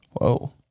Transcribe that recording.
Whoa